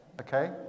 okay